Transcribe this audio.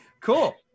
Cool